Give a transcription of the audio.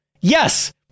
yes